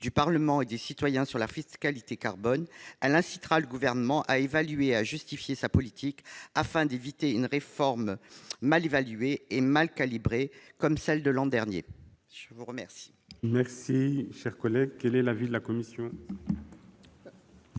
du Parlement et des citoyens sur la fiscalité carbone. Elle incitera le Gouvernement à évaluer et à justifier sa politique, afin d'éviter une réforme mal évaluée et mal calibrée, comme celle de l'an dernier. Quel